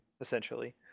essentially